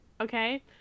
Okay